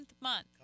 month